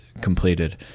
completed